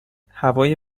هوای